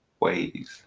ways